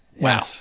Wow